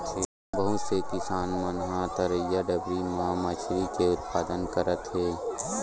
बहुत से किसान मन ह तरईया, डबरी म मछरी के उत्पादन करत हे